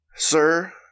Sir